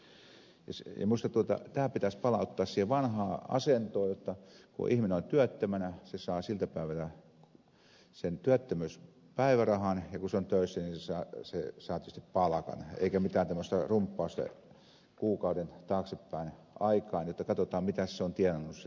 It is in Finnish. minusta tämä pitäisi palauttaa siihen vanhaan asentoon jotta kun ihminen on työttömänä hän saa siltä päivältä sen työttömyyspäivärahan ja kun hän on töissä niin hän saa tietysti palkan eikä mitään tämmöistä rumppausta kuukauden taaksepäin aikaan jotta katsotaan mitä hän on tienannut sen kuukauden aikana